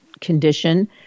condition